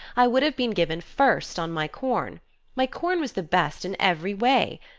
i would have been given first on my corn my corn was the best in every way,